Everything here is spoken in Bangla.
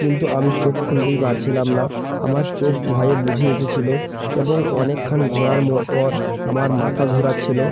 কিন্তু আমি চোখ খুলতেই পারছিলাম না আমার চোখ ভয়ে বুজে এসেছিলো এবং অনেকক্ষাণ ঘোরার মো পর আমার মাথা ঘোরাচ্ছিলো